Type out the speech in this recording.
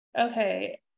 Okay